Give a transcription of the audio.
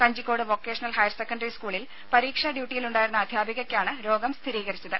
Kanjikode vocational higher secondary സ്കൂളിൽ പരീക്ഷാ ഡ്യൂട്ടിയിലുണ്ടായിരുന്ന അധ്യാപികയ്ക്കാണ് രോഗം സ്ഥിരീകരിച്ചത്